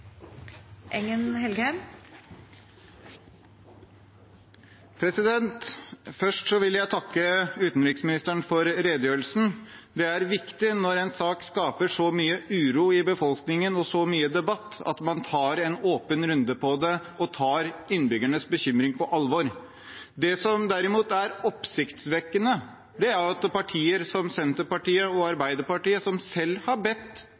norske interesser. Først vil jeg takke utenriksministeren for redegjørelsen. Det er viktig når en sak skaper så mye uro i befolkningen og så mye debatt, at man tar en åpen runde på det, og tar innbyggernes bekymring på alvor. Det som derimot er oppsiktsvekkende, er at partier som Senterpartiet og Arbeiderpartiet, som selv har bedt